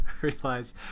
realize